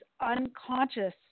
unconscious